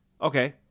okay